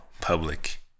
public